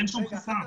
אין שום חסם.